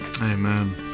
Amen